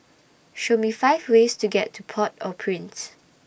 Show Me five ways to get to Port Au Prince